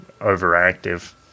overactive